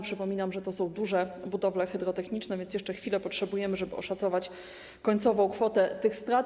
Przypominam, że to są duże budowle hydrotechniczne, więc jeszcze chwilę potrzebujemy, żeby oszacować końcową kwotę tych strat.